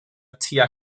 tua